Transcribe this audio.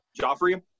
Joffrey